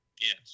Yes